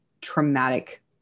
traumatic